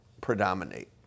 predominate